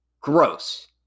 Gross